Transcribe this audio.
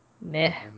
Meh